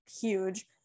huge